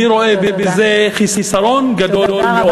אני רואה בזה חיסרון גדול מאוד.